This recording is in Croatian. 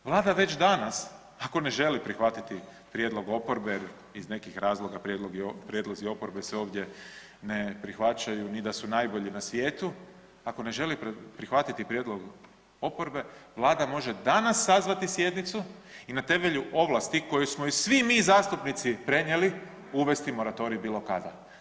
Vlada već danas ako ne želi prihvatiti prijedlog oporbe iz nekih razloga prijedlozi oporbe se ovdje ne prihvaćaju ni da su najbolji na svijetu, ako ne želi prihvatiti prijedlog oporbe Vlada može danas sazvati sjednicu i na temelju ovlasti koju smo joj svi mi zastupnici prenijeli uvesti moratorij bilo kada.